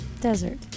Desert